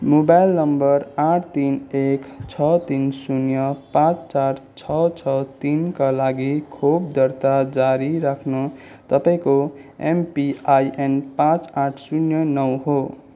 mobile number आठ तिन एक छ तिन शून्य पाँच चार छ छ तिनका लागि खोप दर्ता जारी राख्न तपाईँँको एमपिआइएन पाँच आठ शून्य नौ हो